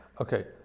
okay